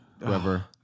Whoever